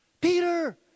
Peter